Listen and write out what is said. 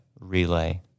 relay